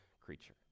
creature